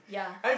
yeah